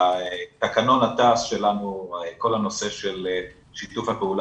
בתקנון התע"ס שלנו כל הנושא של שיתוף הפעולה